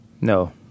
No